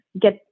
get